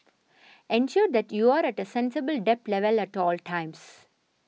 ensure that you are at a sensible debt level at all times